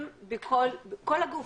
כל גוף,